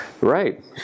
right